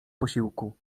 posiłku